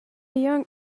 young